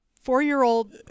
Four-year-old